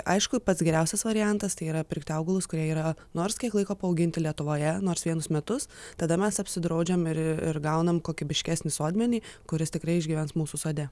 aišku pats geriausias variantas tai yra pirkti augalus kurie yra nors kiek laiko paauginti lietuvoje nors vienus metus tada mes apsidraudžiam ir ir gaunam kokybiškesnį sodmenį kuris tikrai išgyvens mūsų sode